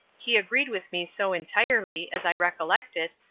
he agreed with me so entirely, as i recollect it,